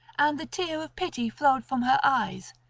and the tear of pity flowed from her eyes,